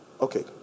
Okay